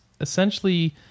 essentially